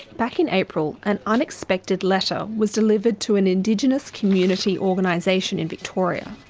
back in april, an unexpected letter was delivered to an indigenous community organisation in victoria.